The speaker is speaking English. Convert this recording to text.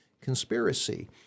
conspiracy